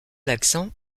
l’accent